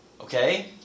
Okay